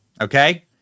Okay